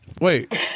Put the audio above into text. Wait